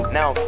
now